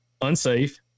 unsafe